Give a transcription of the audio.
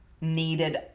needed